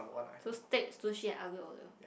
so steak sushi aglio E olio